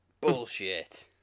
Bullshit